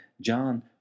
John